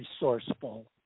resourceful